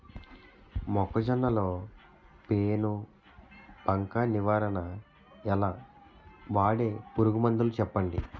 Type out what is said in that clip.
మొక్కజొన్న లో పెను బంక నివారణ ఎలా? వాడే పురుగు మందులు చెప్పండి?